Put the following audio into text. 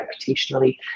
reputationally